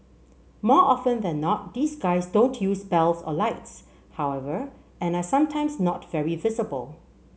more often than not these guys don't use bells or lights however and are sometimes not very visible